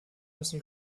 müssen